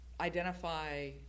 identify